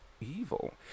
evil